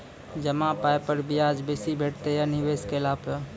जमा पाय पर ब्याज बेसी भेटतै या निवेश केला पर?